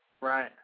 Right